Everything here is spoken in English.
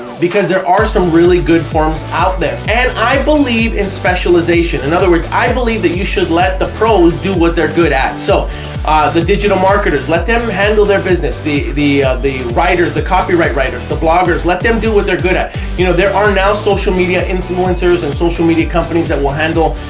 because there are some really good firms out there and i believe in specialization, in other words, i believe that you should let the pros do what they're good at, so the digital marketers, let them handle their business, the the writers, the copyright writers, the bloggers, let them do what they're good at you know there are now social media influencers and social media companies that will handle